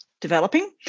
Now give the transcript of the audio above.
developing